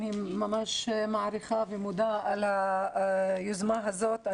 אני ממש מעריכה ומודה על היוזמה הזאת.